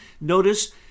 Notice